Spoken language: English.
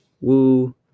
Woo